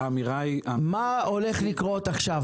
מה הולך לקרות עכשיו?